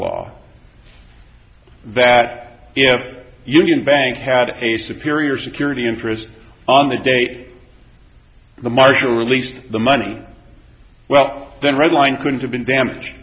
law that if union bank had a superior security interest on the day the marshall released the money well then red line couldn't have been damage